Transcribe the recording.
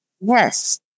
yes